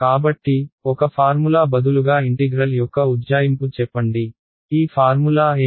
కాబట్టి ఒక ఫార్ములా బదులుగా ఇంటిగ్రల్ యొక్క ఉజ్జాయింపు చెప్పండి ఈ ఫార్ములా ఏమిటి